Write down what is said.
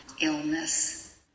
illness